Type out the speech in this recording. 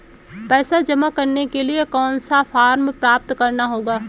पैसा जमा करने के लिए कौन सा फॉर्म प्राप्त करना होगा?